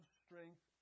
strength